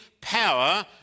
power